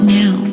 now